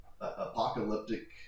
apocalyptic